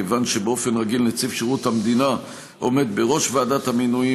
מכיוון שבאופן רגיל נציב שירות המדינה עומד בראש ועדת המינויים,